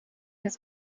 his